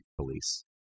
police